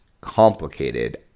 complicated